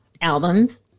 albums